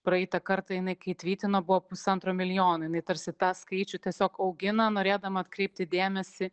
praeitą kartąjinai kai tvytino buvo pusantro milijono jinai tarsi tą skaičių tiesiog augina norėdama atkreipti dėmesį